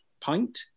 Pint